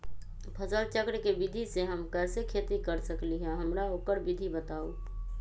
फसल चक्र के विधि से हम कैसे खेती कर सकलि ह हमरा ओकर विधि बताउ?